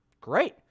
great